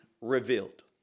revealed